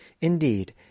Indeed